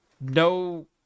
no